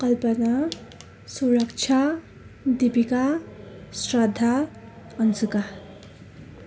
Kalpana Suraksha Dipika Shraddha Ansuka